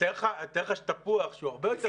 תאר לך שתפוח הוא הרבה יותר עמיד.